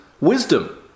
wisdom